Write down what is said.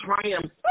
triumph